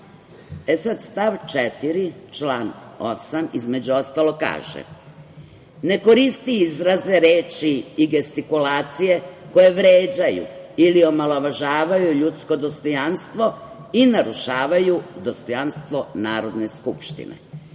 ozbiljno. Stav 4. člana 8. između ostalog kaže: „Ne koristi izraze, reči i gestikulacije koje vređaju ili omalovažavaju ljudsko dostojanstvo i narušavaju dostojanstvo Narodne skupštine“.